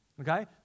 Okay